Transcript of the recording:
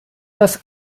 das